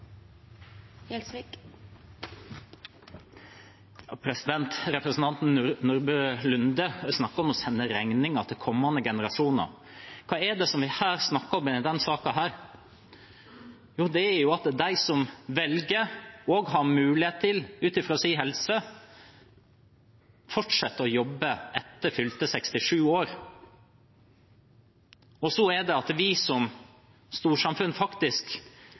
det vi snakker om i denne saken? Jo, det er de som velger og har mulighet til ut fra helsen sin å fortsette å jobbe etter fylte 67 år. Da er det vi som storsamfunn